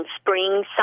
spring